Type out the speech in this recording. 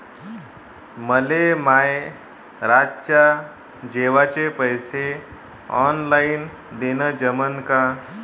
मले माये रातच्या जेवाचे पैसे ऑनलाईन देणं जमन का?